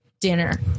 dinner